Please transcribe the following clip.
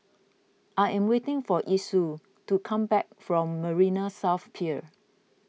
I am waiting for Esau to come back from Marina South Pier